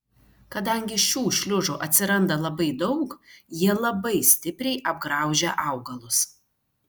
kadangi šių šliužų atsiranda labai daug jie labai stipriai apgraužia augalus